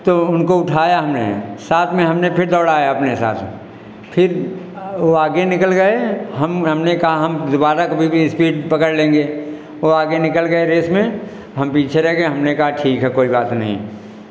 तो उनको उठाया हमने साथ में हमने फिर दौड़ाया अपने साथ में फिर वह आगे निकल गए हम हमने कहा हम दोबारा कभी भी इस्पीड पकड़ लेंगे वह आगे निकल गए रेस में हम पीछे रहे गए हमने कहा ठीक है कोई बात नहीं